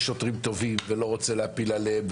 יש שוטרים טובים ואני לא רוצה להפיל עליהם,